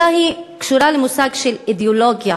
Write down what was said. אלא היא קשורה למושג של אידיאולוגיה.